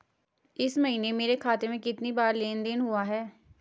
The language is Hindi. इस महीने मेरे खाते में कितनी बार लेन लेन देन हुआ है?